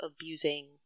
abusing